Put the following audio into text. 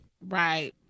Right